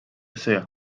sea